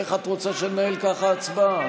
איך את רוצה שננהל ככה ההצבעה?